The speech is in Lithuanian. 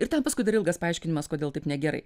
ir ten paskui dar ilgas paaiškinimas kodėl taip negerai